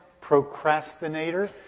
procrastinator